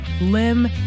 limb